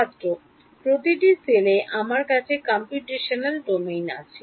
ছাত্র প্রতিটি cell এ আমাদের কাছে computational domain আছে